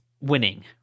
winning